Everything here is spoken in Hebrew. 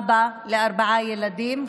אבא לארבעה ילדים,